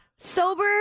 Sober